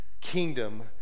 kingdom